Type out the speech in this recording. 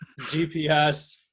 gps